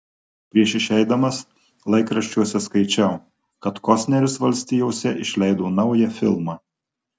prieš išeidamas laikraščiuose skaičiau kad kostneris valstijose išleido naują filmą